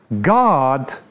God